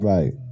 Right